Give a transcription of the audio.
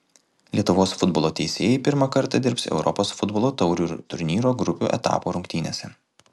lietuvos futbolo teisėjai pirmą kartą dirbs europos futbolo taurių turnyro grupių etapo rungtynėse